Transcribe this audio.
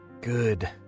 good